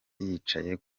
yicaye